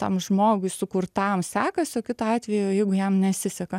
tam žmogui sukurtam sekasi o kitu atveju jeigu jam nesiseka